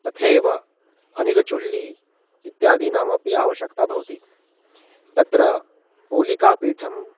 तथैव अनिलचुल्ली इत्यादीनामपि आवश्यकता भवति तत्र पोलिकापीठम्